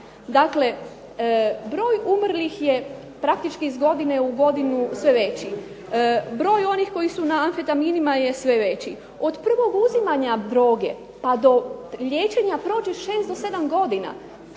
Dakle broj umrlih je praktički iz godine u godinu sve veći. Broj onih koji su na amfetaminima je sve veći. Od prvog uzimanja droge, pa do liječenja prođe 6 do 7 godina.